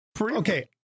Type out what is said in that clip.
okay